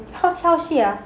hows hows she ah